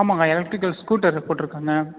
ஆமாம்ங்க electrical scooter போட்டுருக்கங்க